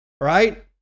Right